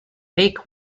rick